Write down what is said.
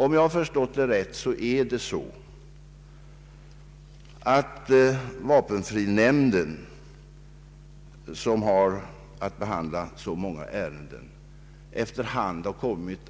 Om jag förstått rätt, har vapenfrinämnden, som har att behandla så många ärenden, efter hand kommit